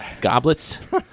goblets